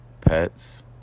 pets